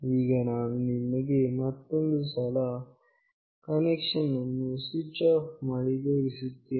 ಈಗ ನಾನು ನಿಮಗೆ ಮತ್ತೊಂದು ಸಲ ಕನೆಕ್ಷನ್ ಅನ್ನು ಸ್ವಿಚ್ ಆಫ್ ಮಾಡಿ ತೋರಿಸುತ್ತೇನೆ